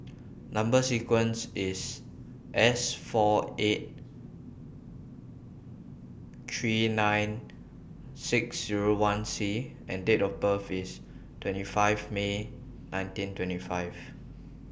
Number sequence IS S four eight three nine six Zero one C and Date of birth IS twenty five May nineteen twenty five